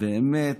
באמת,